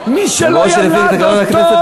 מי שלא ילד אותו,